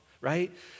right